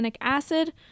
acid